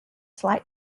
slight